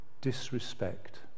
disrespect